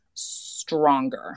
stronger